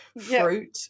fruit